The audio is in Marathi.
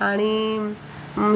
आणि